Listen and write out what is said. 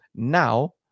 Now